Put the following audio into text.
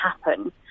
happen